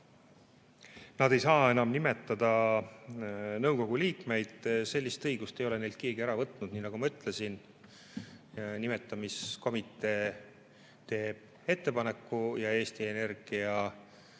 nad ei saa enam nimetada nõukogu liikmeid. Sellist õigust ei ole neilt keegi ära võtnud. Nii nagu ma ütlesin, nimetamiskomitee teeb ettepaneku ja Eesti Energia kas